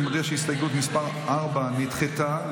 אני מודיע שהסתייגות מס' 4 נדחתה.